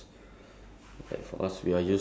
like you don't have to work anymore